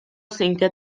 cinquè